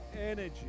energy